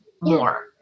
more